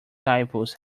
typos